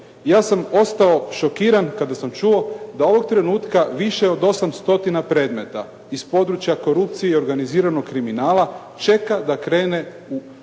Ja sam ostao šokiran kada sam čuo da ovog trenutka više od 8 stotina predmeta iz područja korupcije i organiziranog kriminala čeka da krene u sudsku